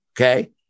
Okay